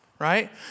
Right